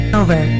over